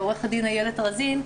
עו"ד איילת רזין,